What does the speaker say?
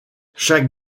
chaque